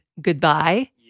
goodbye